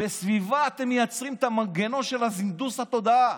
וסביבה אתם מייצרים את המנגנון של הנדוס התודעה.